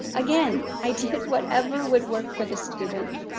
again, i did whatever would work for the student.